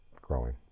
growing